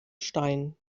stein